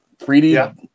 3D